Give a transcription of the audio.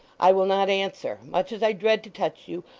i will not answer. much as i dread to touch you,